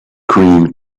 cream